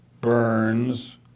Burns